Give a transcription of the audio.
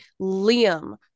Liam